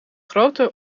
grote